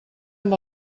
amb